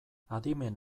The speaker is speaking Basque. adimen